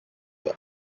year